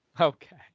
Okay